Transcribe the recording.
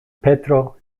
petro